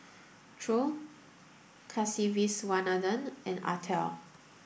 Choor Kasiviswanathan and Atal